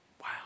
Wow